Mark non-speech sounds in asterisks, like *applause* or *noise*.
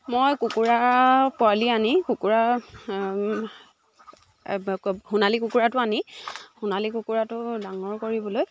মই কুকুৰাৰ পোৱালি আনি কুকুৰা *unintelligible* সোণালী কুকুৰাটো আনি সোণালী কুকুৰাটো ডাঙৰ কৰিবলৈ